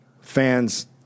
Fans